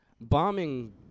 Bombing